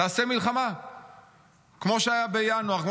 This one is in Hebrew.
תעשה מלחמה כמו שהיה בינואר,